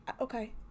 Okay